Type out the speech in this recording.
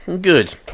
Good